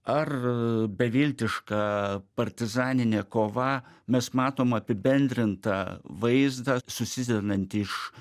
ar beviltiška partizaninė kova mes matom apibendrintą vaizdą susidedantį iš